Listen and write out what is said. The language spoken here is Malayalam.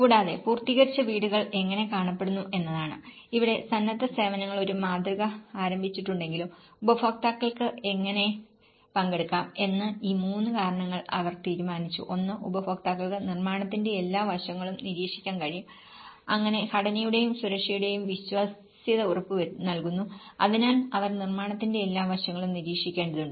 കൂടാതെ പൂർത്തീകരിച്ച വീടുകൾ എങ്ങനെ കാണപ്പെടുന്നു എന്നതാണ് ഇവിടെ സന്നദ്ധ സേവനങ്ങൾ ഒരു മാതൃക ആരംഭിച്ചിട്ടുണ്ടെങ്കിലും ഉപയോക്താക്കൾക്ക് എങ്ങനെ പങ്കെടുക്കാം എന്ന് ഈ മൂന്ന് കാരണങ്ങൾ അവർ തീരുമാനിച്ചു ഒന്ന് ഉപയോക്താക്കൾക്ക് നിർമ്മാണത്തിന്റെ എല്ലാ വശങ്ങളും നിരീക്ഷിക്കാൻ കഴിയും അങ്ങനെ ഘടനയുടെയും സുരക്ഷയുടെയും വിശ്വാസ്യത ഉറപ്പുനൽകുന്നു അതിനാൽ അവർ നിർമ്മാണത്തിന്റെ എല്ലാ വശങ്ങളും നിരീക്ഷിക്കേണ്ടതുണ്ട്